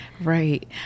Right